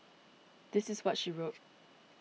this is what she wrote